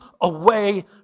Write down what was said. away